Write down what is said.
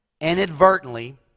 inadvertently